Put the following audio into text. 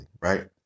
right